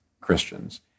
Christians